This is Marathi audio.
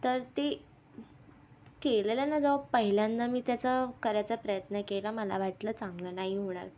तर ते केलेलं ना जेव्हा पहिल्यांदा मी त्याचा करायचा प्रयत्न केला मला वाटलं चांगलं नाही होणार